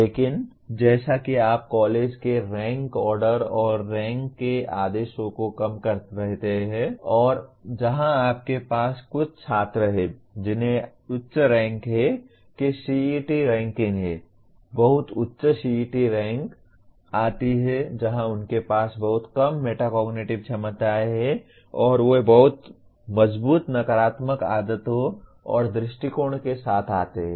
लेकिन जैसा कि आप कॉलेज के रैंक ऑर्डर रैंक के आदेशों को कम करते रहते हैं और जहां आपके पास कुछ छात्र हैं जिन्हें उच्च रैंक है कि CET रैंकिंग है बहुत उच्च CET रैंक आती है जहां उनके पास बहुत कम मेटाकोग्निटिव क्षमताएं हैं और वे बहुत मजबूत नकारात्मक आदतें और दृष्टिकोण के साथ आते हैं